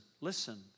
listen